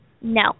No